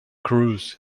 cruz